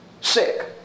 sick